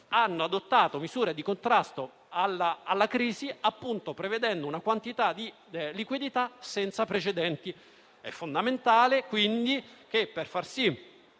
hanno adottato misure di contrasto alla crisi prevedendo una quantità di liquidità senza precedenti. È fondamentale, quindi, che per far sì